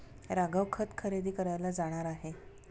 राघव खत खरेदी करायला जाणार आहे